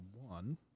one